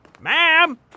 Ma'am